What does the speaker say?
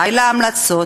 די להמלצות.